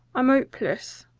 i'm opeless.